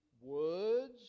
words